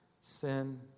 sin